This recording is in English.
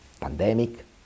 pandemic